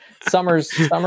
Summers